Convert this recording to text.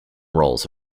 rolls